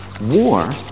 war